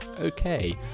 okay